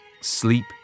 sleep